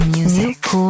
Music